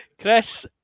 Chris